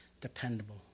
dependable